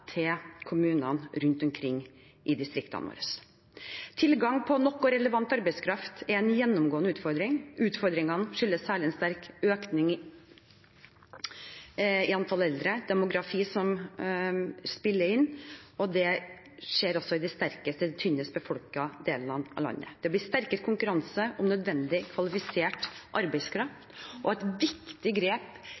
kommunene rundt omkring i distriktene våre. Tilgang på nok og relevant arbeidskraft er en gjennomgående utfordring. Utfordringene skyldes særlig en sterk økning i antallet eldre, det er demografi som spiller inn, og det skjer også i de tynnest befolkede delene av landet. Det blir sterkere konkurranse om nødvendig, kvalifisert